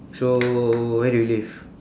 so where do you live